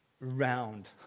Round